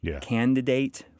Candidate